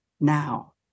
now